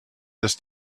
this